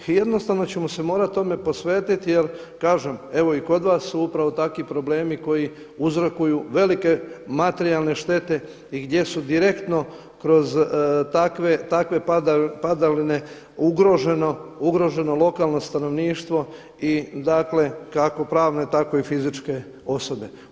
Jednostavno ćemo se morati tome posvetiti jer kažem, evo i kod vas su upravo takvi problemi koji uzrokuju velike materijalne štete i gdje su direktno kroz takve padaline ugroženo lokalno stanovništvo kako pravno tako i fizičke osobe.